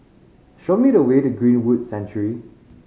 show me the way to Greenwood Sanctuary